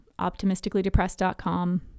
optimisticallydepressed.com